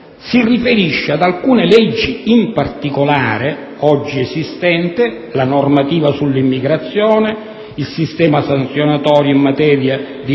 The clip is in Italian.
si riferisce ad alcune leggi in particolare oggi vigenti, quali la normativa sull'immigrazione, il sistema sanzionatorio in materia di